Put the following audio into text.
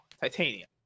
titanium